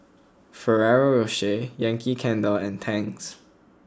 Ferrero Rocher Yankee Candle and Tangs